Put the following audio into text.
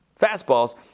fastballs